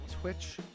Twitch